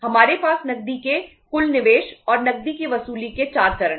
हमारे पास नकदी के कुल निवेश और नकदी की वसूली के 4 चरण हैं